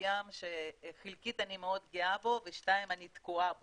מסוים שחלקית אני מאוד גאה בו ודבר שני אני תקועה בו.